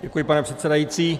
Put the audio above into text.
Děkuji, pane předsedající.